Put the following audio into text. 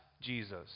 Jesus